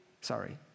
sorry